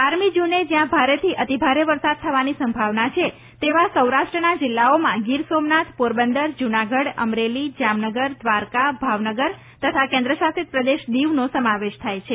બારમી જુને જયાં ભારેથી અતિ ભારે વરસાદ થવાની સંભાવના છે તેવા સૌરાષ્ટ્રના જિલ્લાઓમાં ગીરસોમનાથ પોરબંદર જૂનાગઢ અમરેલી જામનગર દ્વારકા ભાવનગર તથા કેન્દ્રશાસિત પ્રદેશ દિવનો સમાવેશ થાય છે